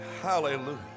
hallelujah